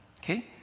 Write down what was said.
Okay